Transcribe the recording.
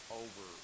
over